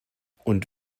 und